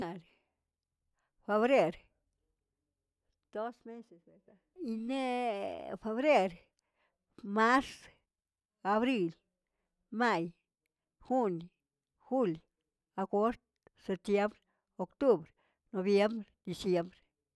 febrer, dos meses esta. Iner, febrer, mars, abril, may, jun', jul', agost, septiembr, octubr, noviembr, diciembr.